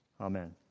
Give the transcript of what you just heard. Amen